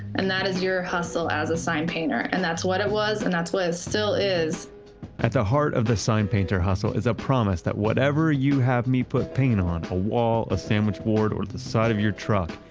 and that is your hustle as a sign painter and that's what it was and that's what it still is at the heart of the sign painter hustle is a promise that whatever you have me put paint on a wall, a sandwich board, or the side of your truck,